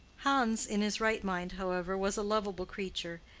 hans in his right mind, however, was a lovable creature,